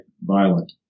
violent